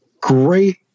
great